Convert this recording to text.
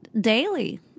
daily